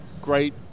great